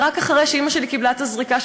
ורק אחרי שאימא שלי קיבלה את הזריקה,